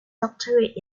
doctorate